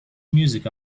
music